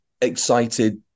excited